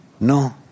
No